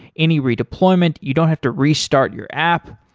any redeployment, you don't have to restart your app.